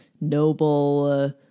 noble